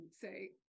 say